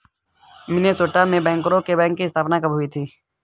Minnesota में बैंकरों के बैंक की स्थापना कब हुई थी?